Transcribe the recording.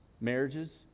marriages